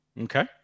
Okay